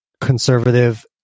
conservative